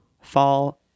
fall